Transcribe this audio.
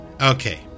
Okay